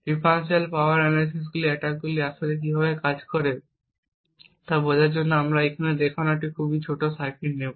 differential power analysis অ্যাটাকগুলি আসলে কীভাবে কাজ করে তা বোঝার জন্য আমরা এখানে দেখানো হিসাবে একটি খুব ছোট সার্কিট নেব